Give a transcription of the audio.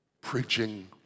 preaching